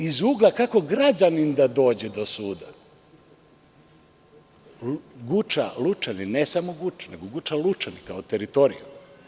Iz ugla kako građanin da dođe do suda, Guča, Lučani, ne samo Guča nego Guča – Lučani, kao teritorija.